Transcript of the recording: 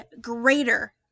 greater